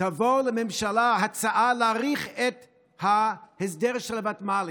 תובא לממשלה הצעה להאריך את ההסדר של הוותמ"לים,